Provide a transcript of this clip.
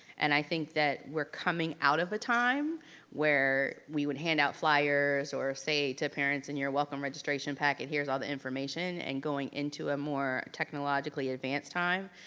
and i think that we're coming out of a time where we would hand out fliers or say to parents in your welcome registration packet here's all the information, and going into a more technologically advanced time,